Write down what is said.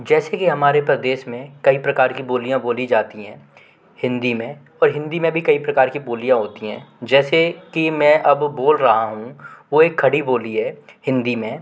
जैसे कि हमारे प्रदेश में कई प्रकार की बोलियाँ बोली जाती हैं हिन्दी में और हिन्दी में भी कई प्रकार की बोलियाँ होती हैं जैसे कि मैं अब बोल रहा हूँ वो एक खड़ी बोली है हिन्दी में